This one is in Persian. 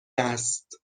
است